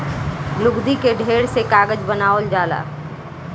लुगदी के ढेर से कागज बनावल जाला